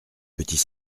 petits